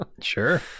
Sure